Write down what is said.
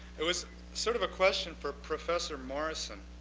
it was sort of a question for professor morrison.